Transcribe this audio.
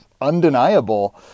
undeniable